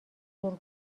دور